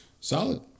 Solid